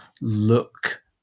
look